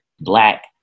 Black